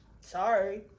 Sorry